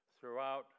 throughout